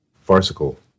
farcical